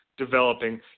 developing